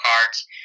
cards